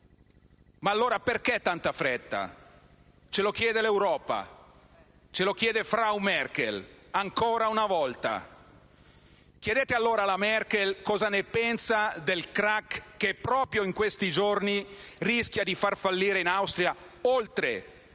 Ma allora perché tanta fretta? Ce lo chiede l'Europa; ce lo chiede *frau* Merkel, ancora una volta. Chiedete allora alla Merkel cosa ne pensa del *crack* che proprio in questi giorni rischia di far fallire in Austria, oltre alla